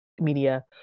media